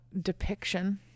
depiction